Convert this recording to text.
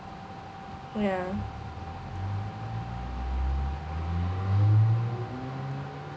ya